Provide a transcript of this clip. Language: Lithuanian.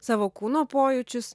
savo kūno pojūčius